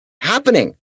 happening